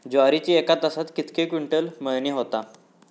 ज्वारीची एका तासात कितके क्विंटल मळणी होता?